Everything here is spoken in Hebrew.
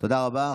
תודה רבה.